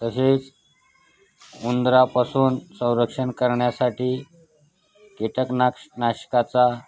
तसेच उंदरापासून संरक्षण करण्यासाठी कीटकनाश्क नाशकाचा